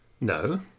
no